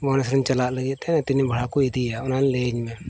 ᱵᱟᱦᱨᱮ ᱥᱮᱱ ᱪᱟᱞᱟᱜ ᱞᱟᱹᱜᱤᱫ ᱛᱮ ᱛᱤᱱᱟᱹᱜ ᱵᱷᱟᱲᱟ ᱠᱚ ᱤᱫᱤᱭᱟ ᱚᱱᱟ ᱞᱟᱹᱭᱟᱹᱧ ᱢᱮ